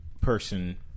person